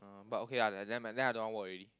but okay lah by then I then I don't want work already